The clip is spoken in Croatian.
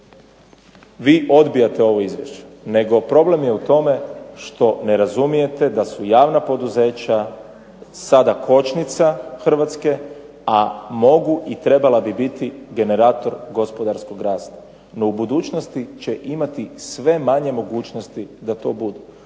vi odbijate ovo izvješće nego problem je u tome što ne razumijete da su javna poduzeća sada kočnica Hrvatske a mogu i trebala bi biti generator gospodarskog rasta, no u budućnosti će imati sve manje mogućnosti da to budu.